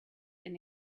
and